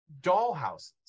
dollhouses